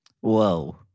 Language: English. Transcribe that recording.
Whoa